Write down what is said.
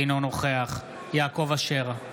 אינו נוכח יעקב אשר,